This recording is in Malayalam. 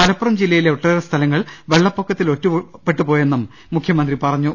മലപ്പുറം ജില്ലയിലെ ഒട്ടേറെ സ്ഥലങ്ങൾ വെള്ളപ്പൊക്കത്തിൽ ഒറ്റപ്പെട്ടുപോയെന്നും മുഖ്യമന്ത്രി പറഞ്ഞു